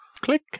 Click